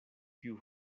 kiu